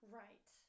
right